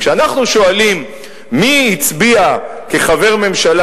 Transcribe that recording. כשאנחנו שואלים מי הצביע כחבר ממשלה